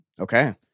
Okay